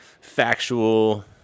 factual